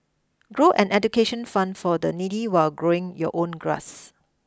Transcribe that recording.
grow an education fund for the needy while growing your own grass